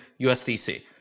USDC